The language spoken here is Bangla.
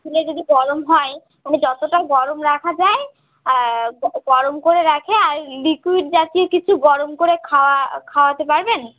খুলে যদি গরম হয় মানে যতটা গরম রাখা যায় গরম করে রাখে আর লিকুইড জাতীয় কিছু গরম করে খাওয়া খাওয়াতে পারবেন